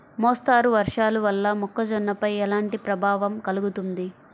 మోస్తరు వర్షాలు వల్ల మొక్కజొన్నపై ఎలాంటి ప్రభావం కలుగుతుంది?